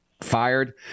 fired